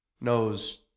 knows